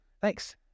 thanks